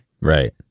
right